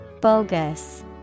Bogus